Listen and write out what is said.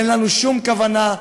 אין לנו שום כוונה,